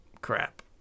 crap